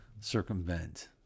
circumvent